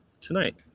tonight